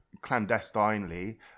clandestinely